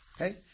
Okay